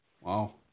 Wow